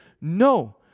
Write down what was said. No